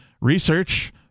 Research